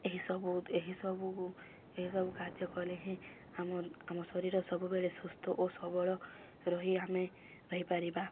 ଏହିସବୁ ଏହିସବୁ ଏହିସବୁ କାର୍ଯ୍ୟ କଲେ ହିଁ ଆମ ଆମ ଶରୀର ସବୁବେଳେ ସୁସ୍ଥ ଓ ସବଳ ରହି ଆମେ ରହିପାରିବା